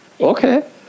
okay